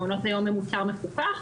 מעונות היום מוסד מפוקח,